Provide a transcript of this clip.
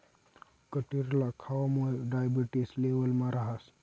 कटिरला खावामुये डायबेटिस लेवलमा रहास